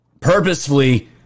purposefully